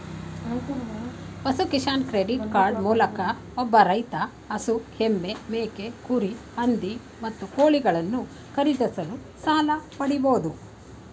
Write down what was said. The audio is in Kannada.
ಪಶು ಕಿಸಾನ್ ಕ್ರೆಡಿಟ್ ಕಾರ್ಡ್ ಮೂಲಕ ಒಬ್ಬ ರೈತ ಹಸು ಎಮ್ಮೆ ಮೇಕೆ ಕುರಿ ಹಂದಿ ಮತ್ತು ಕೋಳಿಗಳನ್ನು ಖರೀದಿಸಲು ಸಾಲ ಪಡಿಬೋದು